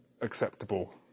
acceptable